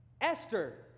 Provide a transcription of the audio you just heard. Esther